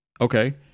Okay